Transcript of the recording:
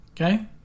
okay